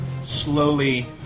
slowly